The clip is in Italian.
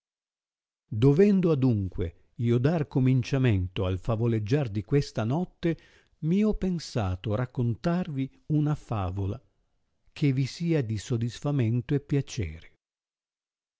dovendo adunque io dar cominciamento al favoleggiare di questa notte mio pensato raccontarvi una favola che vi sia di sodisfamento e piacere